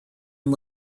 and